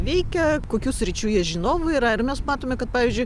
veikia kokių sričių jie žinovai yra ir mes matome kad pavyzdžiui